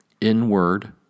inward